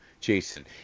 Jason